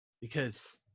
because-